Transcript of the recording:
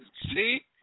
See